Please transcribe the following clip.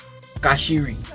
Kashiri